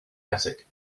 attic